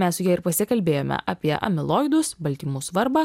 mes su ja ir pasikalbėjome apie amiloidus baltymų svarbą